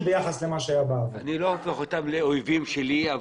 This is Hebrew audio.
זה --- אני חושב שמה שאתה אומר לגבי היישובים הערביים והחרדיים,